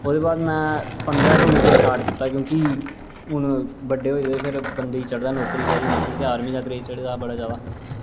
ओह्दे बाद में पंदरां सौ मीटर स्टार्ट कीता क्योंकि हून बड्डे होए दे बंदे गी फिर चढ़दा नौकरी चाहिदी नौकरी चाहिदी मिगी आर्मी दा क्रेज़ चढ़े दा हा बड़ा जैदा